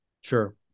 Sure